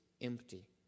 Empty